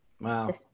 Wow